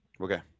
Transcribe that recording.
Okay